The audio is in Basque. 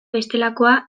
bestelakoa